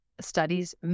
Studies